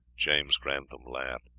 james grantham laughed.